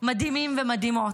מדהימים ומדהימות,